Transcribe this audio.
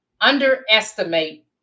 underestimate